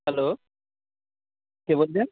hello কে বলছেন